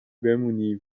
بمونی